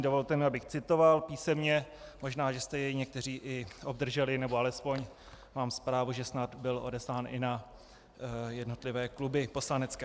Dovolte mi, abych citoval, možná jste jej někteří i obdrželi, nebo alespoň mám zprávu, že snad byl odeslán i na jednotlivé poslanecké kluby.